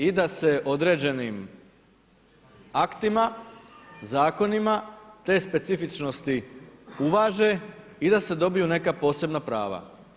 I da se određenim aktima zakonima, te specifičnosti uvaže i da se dobiju neka posebna prava.